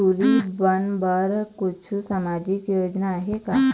टूरी बन बर कछु सामाजिक योजना आहे का?